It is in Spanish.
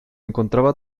encontraba